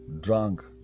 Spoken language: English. drunk